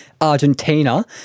Argentina